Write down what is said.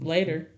Later